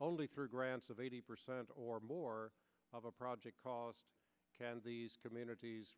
only three grants of eighty percent or more of a project cost can these communities